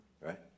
Right